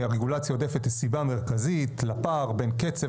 הרגולציה העודפת היא הסיבה המרכזית לפער בין קצב